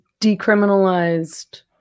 decriminalized